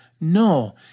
No